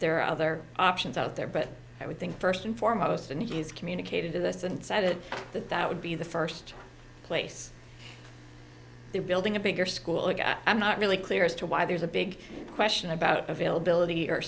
are other options out there but i would think first and foremost and he has communicated to this and said it that that would be the first place they're building a bigger school and i'm not really clear as to why there's a big question about availability